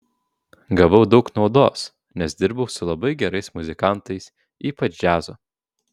gavau daug naudos nes dirbau su labai gerais muzikantais ypač džiazo